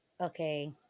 okay